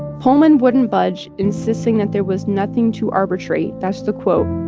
pullman wouldn't budge, insisting that there was nothing to arbitrate. that's the quote